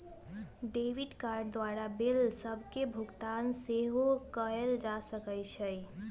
debit card द्वारा bill सभके भुगतान सेहो कएल जा सकइ छै